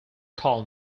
call